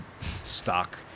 stock